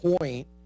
point